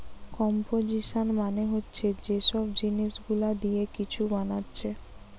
composition মানে হচ্ছে যে সব জিনিস গুলা দিয়ে কিছু বানাচ্ছে